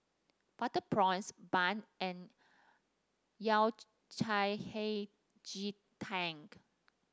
Butter Prawns Bun and Yao Cai Hei Ji Tank